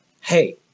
hey